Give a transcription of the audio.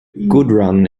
gudrun